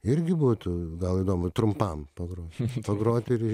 irgi būtų gal įdomu trumpam pagro pagrot ir